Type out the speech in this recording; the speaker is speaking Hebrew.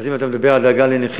אז אם אתה מדבר על דאגה לנכים,